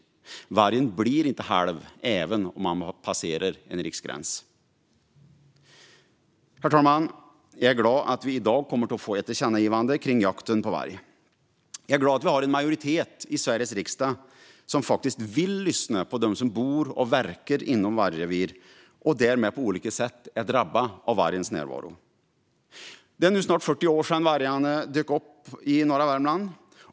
Vargen blir inte halv även om den passerar en riksgräns. Herr talman! Jag är glad att vi kommer att få igenom ett tillkännagivande om jakten på varg. Jag är glad att en majoritet i Sveriges riksdag faktiskt vill lyssna till dem som bor och verkar inom vargrevir och därmed på olika sätt är drabbade av vargens närvaro. Det är nu snart 40 år sedan vargarna dök upp i norra Värmland.